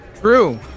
True